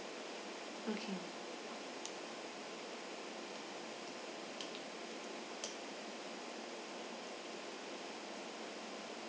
okay